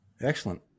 Excellent